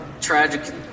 tragic